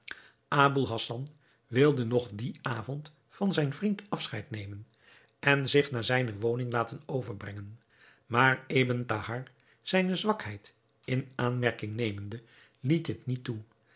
aboul hassan wilde nog dien avond van zijn vriend afscheid nemen en zich naar zijne woning laten overbrengen maar ebn thahar zijne zwakheid in aanmerking nemende liet dit niet toe